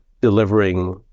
delivering